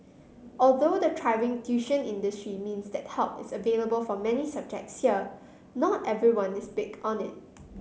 although the thriving tuition industry means that help is available for many subjects here not everyone is big on it